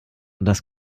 das